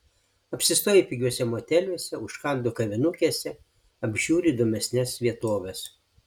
apsistoju pigiuose moteliuose užkandu kavinukėse apžiūriu įdomesnes vietoves